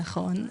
נכון.